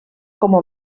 como